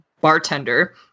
bartender